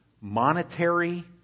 monetary